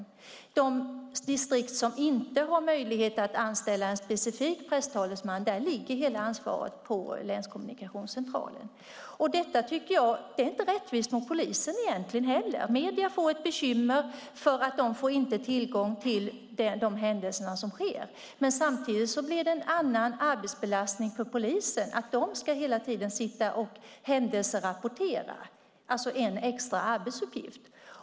I de distrikt som inte har möjlighet att anställa en specifik presstalesman ligger hela ansvaret på länskommunikationscentralen. Jag tycker inte att detta är rättvist mot polisen heller. Medierna får ett bekymmer därför att de inte får tillgång till de händelser som inträffar. Samtidigt blir det en annan arbetsbelastning för polisen när de hela tiden ska sitta och händelserapportera. Det blir en extra arbetsuppgift.